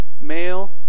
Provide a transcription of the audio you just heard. male